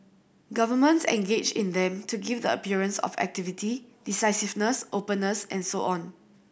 governments engage in them to give the appearance of activity decisiveness openness and so on